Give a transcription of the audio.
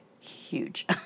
huge